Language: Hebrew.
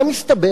מה מסתבר?